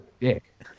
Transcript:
dick